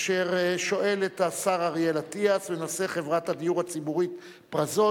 אשר שואל את השר אריאל אטיאס בנושא חברת הדיור הציבורי "פרזות".